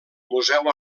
museu